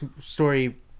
story